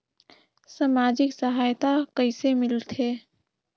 समाजिक सहायता कइसे मिलथे?